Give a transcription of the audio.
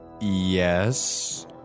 Yes